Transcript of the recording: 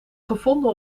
gevonden